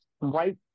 right